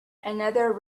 another